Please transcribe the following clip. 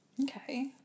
Okay